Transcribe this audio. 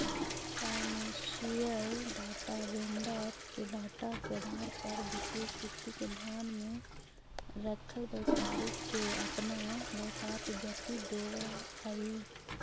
financial data vendor के data के आधार पर वित्तीय स्थिति के ध्यान में रखल व्यापारी के अपना व्यापार के गति देवऽ हई